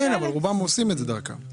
כן, אבל רובם עושים את זה דרכם.